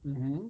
mmhmm